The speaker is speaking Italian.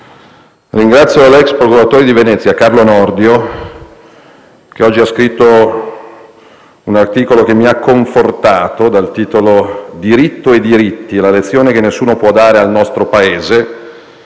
ringraziare l'ex procuratore di Venezia, Carlo Nordio, che oggi ha scritto un articolo che mi ha confortato, dal titolo «Diritto e diritti: la lezione che nessuno può dare al nostro Paese»,